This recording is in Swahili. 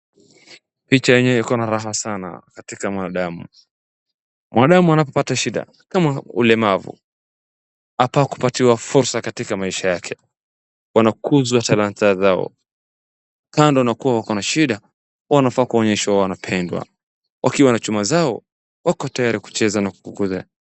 Picha yenyewe iko na raha sana katika mwandamu. Mwanadamu anapopata shida kama ulemavu afaa kupatiwa fursa katika maisha yake. Wanakuzwa talanta zao kando na kuwa wako na shida wanafaa kuonyeshwa wanapendwa wakiwa na chuma zao wako tayari kucheza na kuokolea.